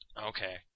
Okay